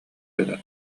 гына